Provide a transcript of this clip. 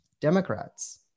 Democrats